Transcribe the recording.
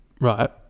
right